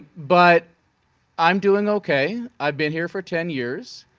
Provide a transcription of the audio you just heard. but i'm doing okay. i've been here for ten years,